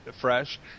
fresh